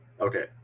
okay